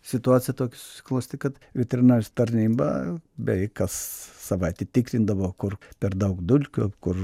situacija tokia susiklostė kad veterinarijos tarnyba beveik kas savaitę tikrindavo kur per daug dulkių kur